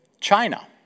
China